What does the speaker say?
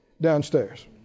Downstairs